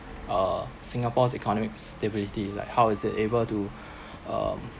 uh singapore's economics stability like how is it able to um